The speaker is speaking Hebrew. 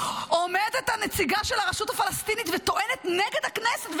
עומדת הנציגה של הרשות הפלסטינית וטוענת נגד הכנסת,